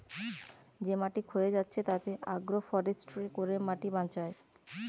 যে মাটি ক্ষয়ে যাচ্ছে তাতে আগ্রো ফরেষ্ট্রী করে মাটি বাঁচায়